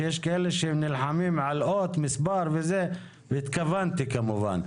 שיש כאלה שנלחמים על אות ומספר והתכוונתי כמובן.